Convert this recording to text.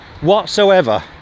whatsoever